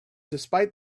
despite